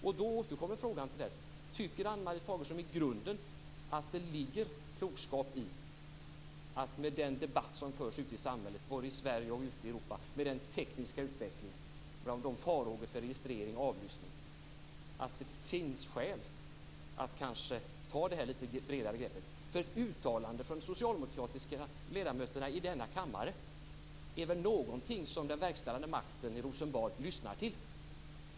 Frågan återkommer: Tycker Ann-Marie Fagerström i grunden att det ligger någon klokskap i den debatt som förs ute i samhället, både i Sverige och ute i Europa, och att det beträffande den tekniska utvecklingen och farhågorna kring registrering och avlyssning finns skäl att kanske ta ett lite bredare grepp? Uttalanden från socialdemokratiska ledamöter i denna kammare är väl något som den verkställande makten i Rosenbad lyssnar till.